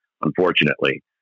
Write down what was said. unfortunately